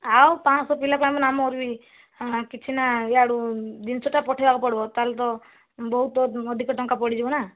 ଆଉ ପାଞ୍ଚ ଶହ ପିଲା ପାଇଁ ନା ଆମର ବି କିଛି ନା ଇଆଡ଼ୁ ଜିନିଷଟା ପଠେଇବାକୁ ପଡିବ ତାହେଲେ ତ ବହୁତ ଅଧିକ ଟଙ୍କା ପଡ଼ିଯିବ ନା